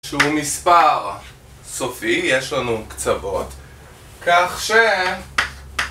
שהוא מספר סופי, יש לנו קצוות כך ש...